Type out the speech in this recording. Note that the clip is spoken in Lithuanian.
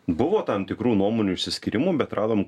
buvo tam tikrų nuomonių išsiskyrimų bet radom